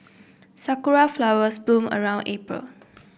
sakura flowers bloom around April